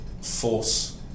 force